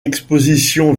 exposition